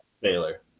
Baylor